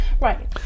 Right